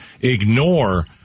ignore